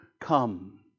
come